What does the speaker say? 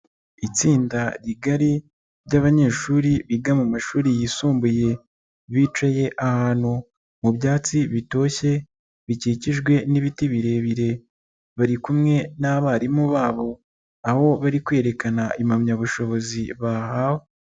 Itsinda rigari ry'abanyeshuri biga mu mashuri yisumbuye, bicaye ahantu mu byatsi bitoshye bikikijwe n'ibiti birebire, bari kumwe n'abarimu babo, aho bari kwerekana impamyabushobozi bahawe.